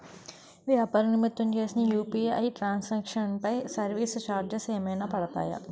వ్యాపార నిమిత్తం చేసిన యు.పి.ఐ ట్రాన్ సాంక్షన్ పై సర్వీస్ చార్జెస్ ఏమైనా పడతాయా?